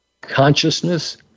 consciousness